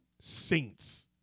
Saints